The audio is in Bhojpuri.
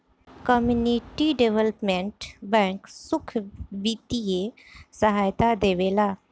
कम्युनिटी डेवलपमेंट बैंक सुख बित्तीय सहायता देवेला